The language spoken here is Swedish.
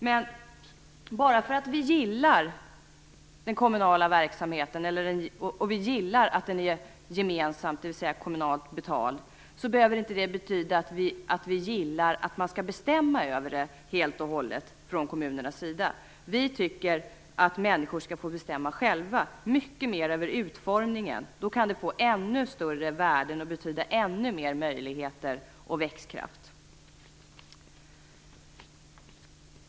Men bara det faktum att vi gillar den kommunala verksamheten och att den är gemensamt, kommunalt, betald behöver inte betyda att vi gillar att kommunerna skall bestämma över detta helt och hållet. Vi tycker att människor själva mycket mera skall få bestämma över utformningen. Det kan ge ännu större värden och betyda ännu mer av möjligheter och växtkraft.